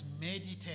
meditate